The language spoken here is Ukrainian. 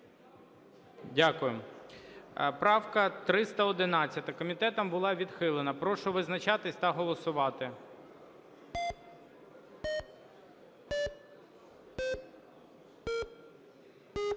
Дякую. Правка 311 комітетом була відхилена. Прошу визначатися та голосувати.